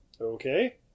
okay